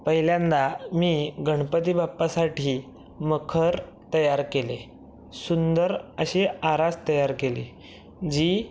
पहिल्यांदा मी गणपती बाप्पासाठी मखर तयार केले सुंदर असे आरास तयार केली जी